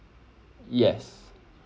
yes